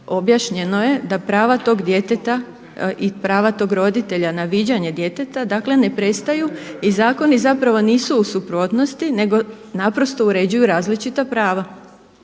objašnjeno je da prava tog djeteta i pravo tog roditelja na viđanje djeteta dakle ne prestaju i zakoni zapravo nisu u suprotnosti nego naprosto uređuju različita prava.